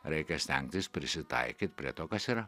reikia stengtis prisitaikyt prie to kas yra